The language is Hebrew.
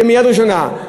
לדירות יד ראשונה.